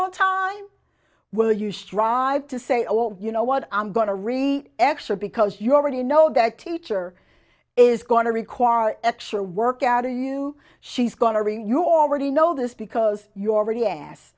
all time will you strive to say oh you know what i'm going to read extra because you already know that teacher is going to require extra work out or you she's going to ring you already know this because you already as